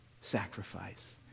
sacrifice